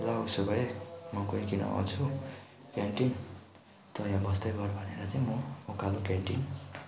ल उसो भए म गइकिन आउँछु क्यान्टिन तँ यहाँ बस्दै गर् भनेर चाहिँ म उकालो क्यान्टिन